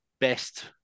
best